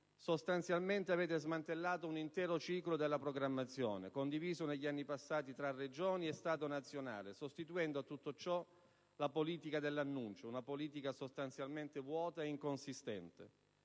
sostanzialmente smantellato un intero ciclo di programmazione (2007-2013) condiviso negli anni passati tra Regioni e Stato nazionale, sostituendo a tutto ciò la politica dell'annuncio, una politica sostanzialmente vuota e inconsistente.